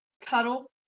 cuddle